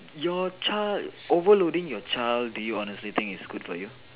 your child overloading your child do you honestly think it's good for you